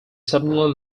suddenly